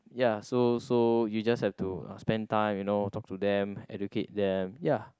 ya so so you just have to spend time you know talk to them educate them ya